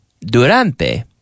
Durante